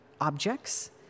objects